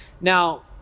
now